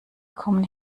kommen